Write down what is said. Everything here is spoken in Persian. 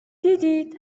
دیدید